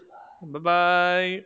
bye bye